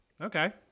Okay